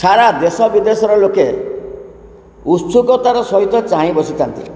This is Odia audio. ସାରା ଦେଶ ବିଦେଶର ଲୋକେ ଉତ୍ସୁକତାର ସହିତ ଚାହିଁ ବସିଥାନ୍ତି